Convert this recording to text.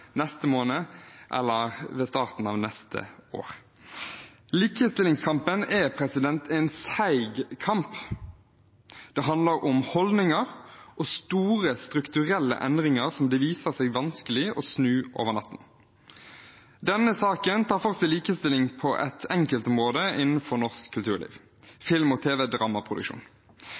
neste måned eller ved starten av neste år. Likestillingskampen er en seig kamp. Det handler om holdninger og store, strukturelle endringer som det viser seg vanskelig å snu over natten. Denne saken tar for seg likestilling på ett enkeltområde innenfor norsk kulturliv: film- og